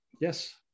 Yes